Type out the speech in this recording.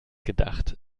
gedacht